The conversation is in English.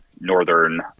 northern